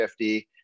50